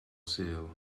sul